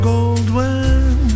Goldwyn